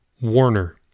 Warner